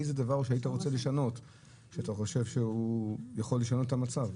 איזה דבר היית רוצה לשנות ואתה חושב שהוא יכול לשנות את המצב.